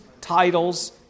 titles